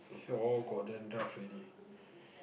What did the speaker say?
all got dandruff already